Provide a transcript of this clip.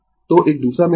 तो एक दूसरा मिल रहा है